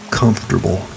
comfortable